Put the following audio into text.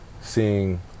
seeing